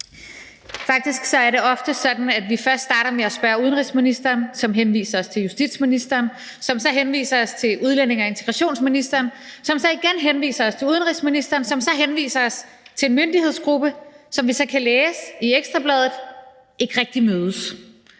Faktisk er det ofte sådan, at vi starter med at spørge udenrigsministeren, som henviser os til justitsministeren, som så henviser os til udlændinge- og integrationsministeren, som så igen henviser os til udenrigsministeren, som så henviser os til en myndighedsgruppe, som vi så kan læse i Ekstra Bladet ikke rigtig mødes.